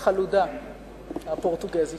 כולו, בישיבה היסטורית של האו"ם בכ"ט